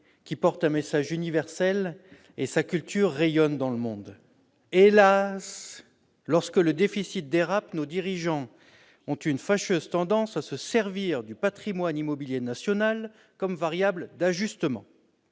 qui porte un message universel et dont la culture rayonne dans le monde. Hélas, lorsque le déficit dérape, nos dirigeants ont une fâcheuse tendance à se servir du patrimoine immobilier national comme variable d'ajustement,